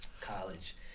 college